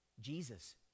Jesus